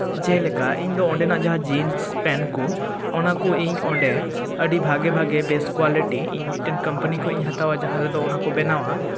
ᱡᱮᱞᱮᱠᱟ ᱤᱧ ᱫᱚ ᱚᱸᱰᱮᱱᱟᱜ ᱡᱟᱦᱟᱸ ᱡᱤᱱᱥ ᱯᱮᱱᱴ ᱠᱚ ᱚᱱᱟ ᱠᱚ ᱤᱧ ᱚᱸᱰᱮ ᱟᱹᱰᱤ ᱵᱷᱟᱜᱮ ᱵᱷᱟᱜᱮ ᱵᱮᱥ ᱠᱳᱣᱟᱞᱤᱴᱤ ᱢᱤᱫᱴᱮᱱ ᱠᱳᱢᱯᱟᱱᱤ ᱠᱷᱚᱱᱤᱧ ᱦᱟᱛᱟᱣᱟ ᱡᱟᱦᱟᱸ ᱨᱮᱫᱚ ᱚᱱᱟ ᱠᱚ ᱵᱮᱱᱟᱣᱟ